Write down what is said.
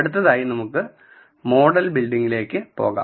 അടുത്തതായി നമുക്ക് മോഡൽ ബിൽഡിംഗിലേക്ക് പോകാം